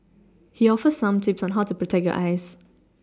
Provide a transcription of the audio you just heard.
he offers some tips on how to protect your eyes